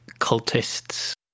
cultists